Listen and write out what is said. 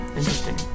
interesting